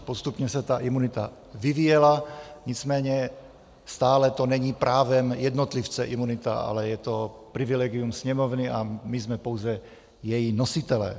Postupně se ta imunita vyvíjela, nicméně stále to není právem jednotlivce, imunita, ale je to privilegium Sněmovny a my jsme pouze její nositelé.